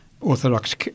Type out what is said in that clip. Orthodox